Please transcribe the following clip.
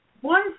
One